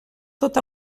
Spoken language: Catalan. tot